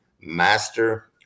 master